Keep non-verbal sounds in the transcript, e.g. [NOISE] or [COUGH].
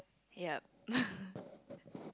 yeap [LAUGHS]